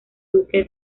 duque